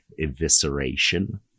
evisceration